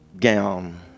gown